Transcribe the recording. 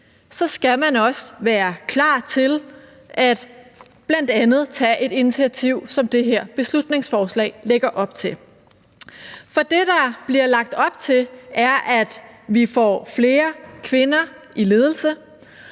skal man også være klar til bl.a. at tage et initiativ, som det her beslutningsforslag lægger op til. For det, der bliver lagt op til, er, at vi får flere kvinder i ledelse,